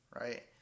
right